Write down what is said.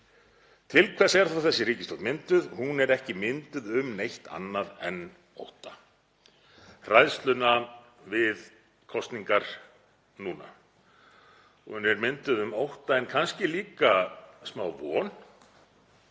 Til hvers er þá þessi ríkisstjórn mynduð? Hún er ekki mynduð um neitt annað en ótta, hræðsluna við kosningar núna. Hún er mynduð um ótta en kannski líka smávon,